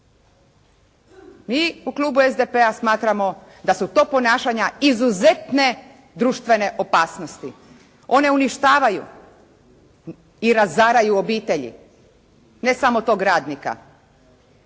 Mi u klubu SDP-a smatramo da su to ponašanja izuzetne društvene opasnosti. One uništavaju i razaraju obitelji ne samo tog radnika,